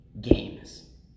games